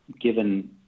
given